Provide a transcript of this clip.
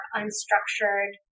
unstructured